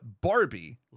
Barbie